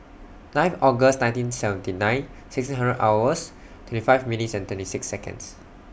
nine August nineteen seventy nine sixteen hours twenty five minutes and twenty six Seconds